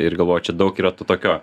ir galvoju čia daug yra to tokio